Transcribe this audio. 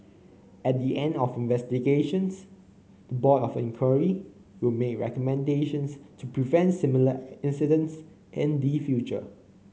at the end of investigations the Board of Inquiry will make recommendations to prevent similar incidents in the future